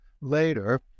later